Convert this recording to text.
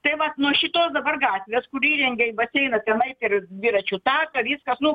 tai vat nuo šitos dabar gatvės kur įrengė baseiną tenais ir dviračių taką viskas nu